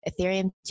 Ethereum